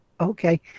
okay